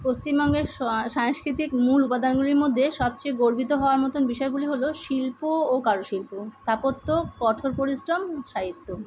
পশ্চিমবঙ্গের সো সাংস্কৃতিক মূল উপাদানগুলির মধ্যে সবচেয়ে গর্বিত হওয়ার মতন বিষয়গুলি হলো শিল্প ও কারুশিল্প স্থাপত্য কঠোর পরিশ্রম সাহিত্য